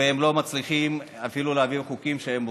והם לא מצליחים אפילו להעביר חוקים שהם רוצים.